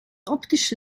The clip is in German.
optische